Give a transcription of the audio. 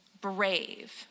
brave